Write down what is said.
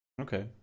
Okay